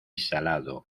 salado